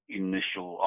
initial